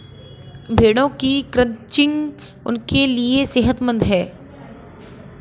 भेड़ों की क्रचिंग उनके लिए सेहतमंद है